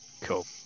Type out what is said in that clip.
Cool